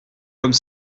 comme